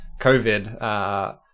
covid